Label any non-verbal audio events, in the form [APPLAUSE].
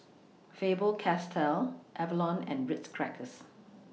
[NOISE] Faber Castell Avalon and Ritz Crackers